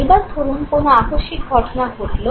এবার ধরুন কোন আকস্মিক ঘটনা ঘটলো